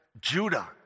Judah